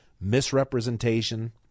misrepresentation